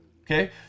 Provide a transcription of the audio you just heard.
okay